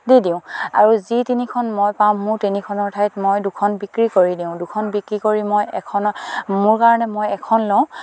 দি দিওঁ আৰু যি তিনিখন মই পাওঁ মোৰ তিনিখনৰ ঠাইত মই দুখন বিক্ৰী কৰি দিওঁ দুখন বিক্ৰী কৰি মই এখন মোৰ কাৰণে মই এখন লওঁ